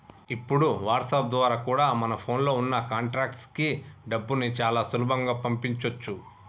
ఇప్పుడు వాట్సాప్ ద్వారా కూడా మన ఫోన్ లో ఉన్న కాంటాక్ట్స్ కి డబ్బుని చాలా సులభంగా పంపించొచ్చు